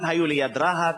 הם היו ליד רהט,